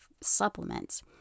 supplements